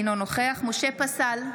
אינו נוכח משה פסל,